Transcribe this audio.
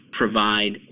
provide